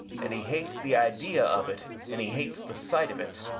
and he hates the idea of it and he hates the sight of it.